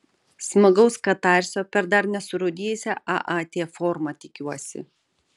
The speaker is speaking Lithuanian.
smagaus katarsio per dar nesurūdijusią aat formą tikiuosi